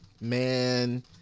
man